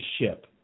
ship